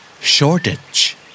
Shortage